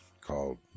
called